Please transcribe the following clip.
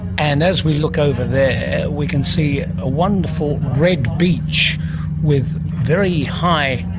and as we look over there we can see a wonderful red beach with very high,